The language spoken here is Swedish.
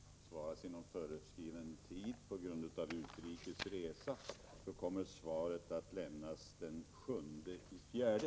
Fru talman! Jag vill meddela att interpellationen av Karl Boo om jordbruket i Dalarna på grund av utrikes resa inte kan besvaras inom föreskriven tid. Svaret kommer att lämnas den 7 april.